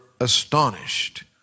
astonished